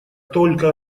только